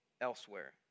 elsewhere